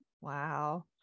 wow